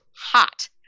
hot